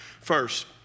First